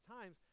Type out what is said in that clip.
times